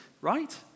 right